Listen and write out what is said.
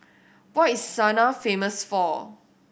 what is Sanaa famous for